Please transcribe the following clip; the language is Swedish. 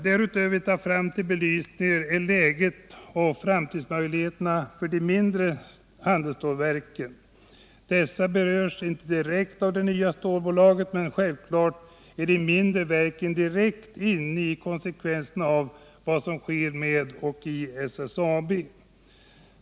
Därutöver vill jag som bevis ta nuläget och framtidsmöjligheterna för de mindre handelsstålverken. Dessa berörs visserligen inte direkt av det nya storbolaget, men de mindre verken påverkas ändå av konsekvenserna av vad som sker med och i SSAB.